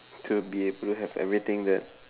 to be able have everything that